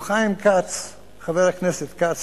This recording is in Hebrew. אם חבר הכנסת כץ,